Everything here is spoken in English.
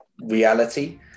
reality